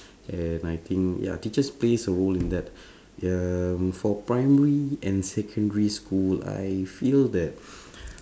and I think ya teachers plays a role in that um for primary and secondary school I feel that